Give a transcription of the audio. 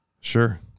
Sure